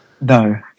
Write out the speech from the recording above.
No